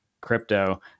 crypto